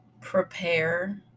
Prepare